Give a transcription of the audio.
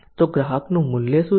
તો ગ્રાહકનું મૂલ્ય શું છે